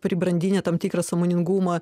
pribrandinę tam tikrą sąmoningumą